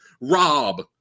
Rob